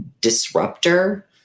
disruptor